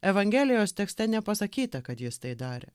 evangelijos tekste nepasakyta kad jis tai darė